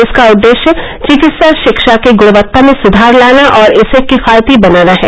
इसका उद्देश्य चिकित्सा शिक्षा की गृणवत्ता में सुधार लाना और इसे किफायती बनाना है